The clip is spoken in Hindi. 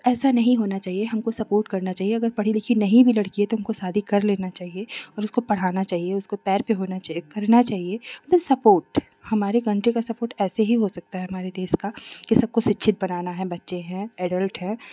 ऐसे नहीं होना चाहिए हमको सपोर्ट करना चाहिए अगर पढ़ी लिखी नहीं भी लड़की है तो हमको शादी कर लेना चाहिए और उसको पढ़ाना चाहिए उसको पैर पर होना चाहिए करना चाहिए कोई सपोर्ट हमारे कंट्री का सपोर्ट ऐसे ही हो सकता है हमारे देश का कि सबको शिक्षित बनाना है बच्चे हैं एडल्ट हैं